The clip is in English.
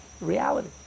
reality